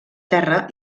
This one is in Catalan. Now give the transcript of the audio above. terra